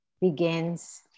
begins